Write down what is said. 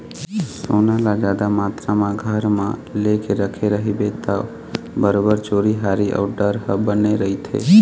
सोना ल जादा मातरा म घर म लेके रखे रहिबे ता बरोबर चोरी हारी अउ डर ह बने रहिथे